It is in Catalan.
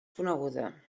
coneguda